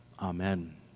Amen